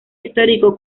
histórico